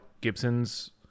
Gibson's